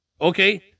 Okay